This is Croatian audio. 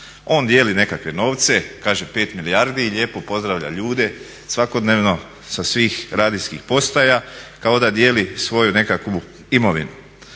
On dijeli nekakve novce, kaže 5 milijardi i lijepo pozdravlja ljude, svakodnevno sa svih radijskih postaja kao da dijeli svoju nekakvu imovinu.